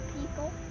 people